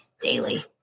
daily